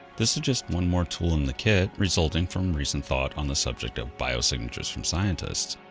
this is just one more tool in the kit resulting from recent thought on the subject of biosignatures from scientists.